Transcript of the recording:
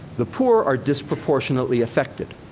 the poor are disproportionately affected.